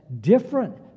different